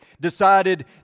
decided